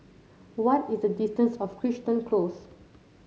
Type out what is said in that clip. what is the distance of Crichton Close